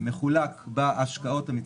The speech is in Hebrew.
מחולק בהשקעות המצטברות,